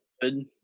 good